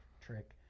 trick